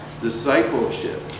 discipleship